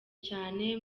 cyane